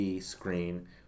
screen